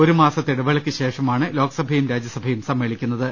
ഒരു മാസത്തെ ഇടവേളയ്ക്കുശേഷമാണ് ലോക്സഭയും രാജ്യസഭയും സമ്മേളിക്കു ന്നത്